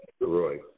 Roy